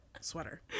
sweater